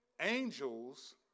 angels